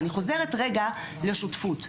אני חוזרת רגע לשותפות,